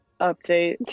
update